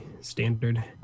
standard